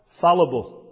fallible